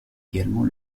également